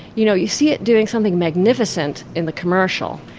you know, you see it doing something magnificent in the commercial.